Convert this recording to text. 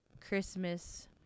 Christmas